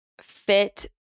fit